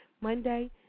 Monday